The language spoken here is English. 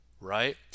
right